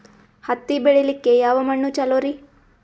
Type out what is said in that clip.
ಹತ್ತಿ ಬೆಳಿಲಿಕ್ಕೆ ಯಾವ ಮಣ್ಣು ಚಲೋರಿ?